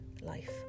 life